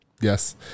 Yes